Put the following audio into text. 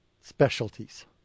specialties